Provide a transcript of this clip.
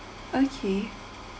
okay